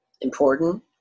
important